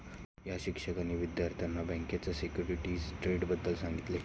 या शिक्षकांनी विद्यार्थ्यांना बँकेच्या सिक्युरिटीज ट्रेडबद्दल सांगितले